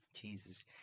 Jesus